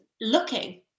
looking